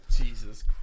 Jesus